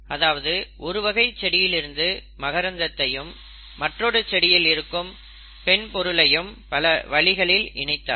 அதாவது ஒரு வகைச் செடியிலிருந்து மகரந்தத்தையும் மற்றொரு செடியில் இருக்கும் பெண் பொருளையும் பல வழிகளில் இணைத்தார்